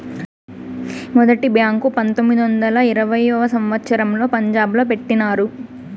మొదటి బ్యాంకు పంతొమ్మిది వందల ఇరవైయవ సంవచ్చరంలో పంజాబ్ లో పెట్టినారు